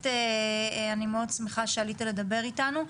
אני מאוד שמחה שעלית לדבר איתנו.